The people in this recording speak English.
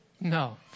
No